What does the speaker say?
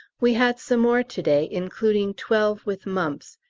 we had some more to-day, including twelve with mumps,